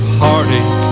heartache